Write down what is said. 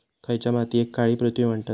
खयच्या मातीयेक काळी पृथ्वी म्हणतत?